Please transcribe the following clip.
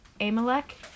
Amalek